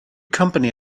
company